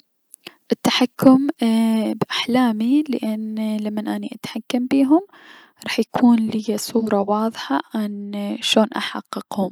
التحكم بأحلامي لأن لمن اني اعرف شون اتحكم بيهم حيكون ليا ايي- صورة واضحة عن شون احققهم.